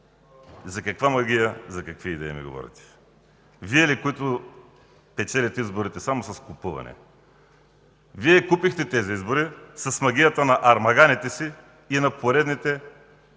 За каква магия? За какви идеи ми говорите? Вие ли, които печелите изборите само с купуване? Вие купихте тези избори с магията на армаганите си и на поредните пари,